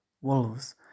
wolves